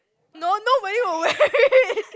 no nobody will wear it